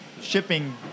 shipping